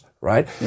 right